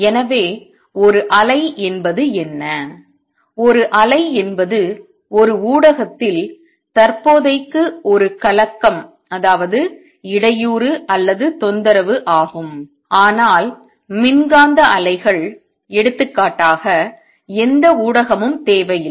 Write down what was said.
எனவே ஒரு அலை என்பது என்ன ஒரு அலை என்பது ஒரு ஊடகத்தில் தற்போதைக்கு ஒரு கலக்கம் இடையூறு அல்லது தொந்தரவு ஆகும் ஆனால் மின்காந்த அலைகள் எடுத்துக்காட்டாக எந்த ஊடகமும் தேவையில்லை